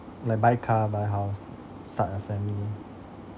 like buy car buy house start a family